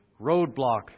roadblock